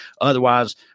Otherwise